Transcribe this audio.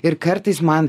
ir kartais man